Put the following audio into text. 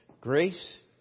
Grace